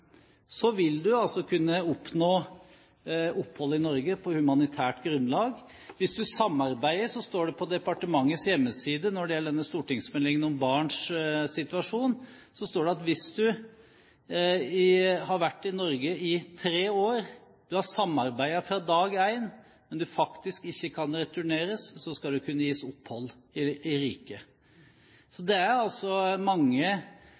så er det en annen side av saken, og den var også statsråden inne på: Hvis du har en situasjon der asylsøkerne faktisk er ureturnerbare, vil du altså kunne oppnå opphold i Norge på humanitært grunnlag. Det står på departementets hjemmeside når det gjelder denne stortingsmeldingen om barns situasjon, at hvis du har vært i Norge i tre år, du har samarbeidet fra dag én, men du kan faktisk ikke returneres, skal du kunne gis opphold i riket.